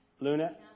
Luna